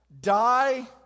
Die